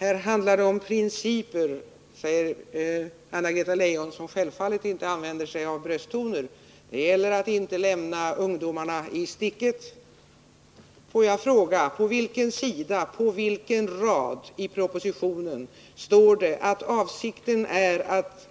Här handlar det om principer, säger Anna-Greta Leijon, som självfallet inte använder brösttoner. Det gäller att inte lämna ungdomarna i sticket. Får jag fråga: På vilken sida, på vilken rad i propositionen står det att avsikten är att